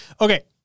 Okay